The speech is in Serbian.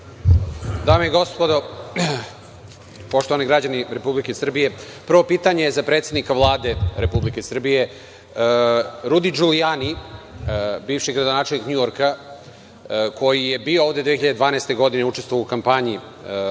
i gospodo, poštovani građani Republike Srbije, prvo pitanje je za predsednika Vlade Republike Srbije. Rudi DŽulijani, bivši gradonačelnik NJujorka, koji je bio ovde 2012. godine, učestvovao je u kampanji